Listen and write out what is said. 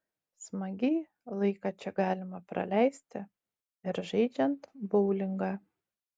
smagiai laiką čia galima praleisti ir žaidžiant boulingą